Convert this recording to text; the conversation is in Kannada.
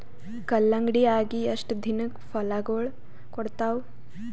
ಕಲ್ಲಂಗಡಿ ಅಗಿ ಎಷ್ಟ ದಿನಕ ಫಲಾಗೋಳ ಕೊಡತಾವ?